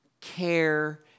care